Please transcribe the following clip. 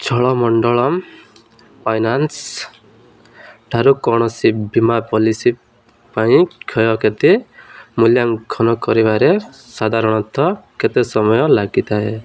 Cholamandalam finance ଠାରୁ କୌଣସି ବୀମା ପଲିସି ପାଇଁ କ୍ଷୟକ୍ଷତି ମୂଲ୍ୟାଙ୍କନ କରିବାରେ ସାଧାରଣତଃ କେତେ ସମୟ ଲାଗିଥାଏ